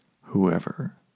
whoever